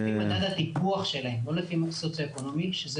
לפי ממד הטיפוח שלהם הולך עם הסוציואקונומי שזה